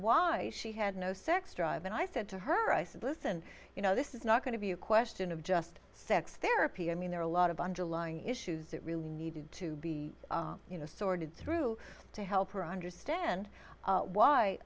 why she had no sex drive and i said to her i said listen you know this is not going to be a question of just sex therapy i mean there are a lot of underlying issues that really needed to be you know sorted through to help her understand why why